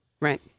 Right